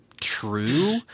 true